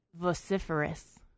vociferous